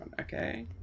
Okay